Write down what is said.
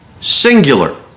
singular